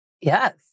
Yes